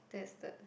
that's the